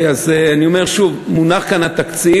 אז אני אומר שוב: מונח כאן התקציב